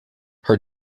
her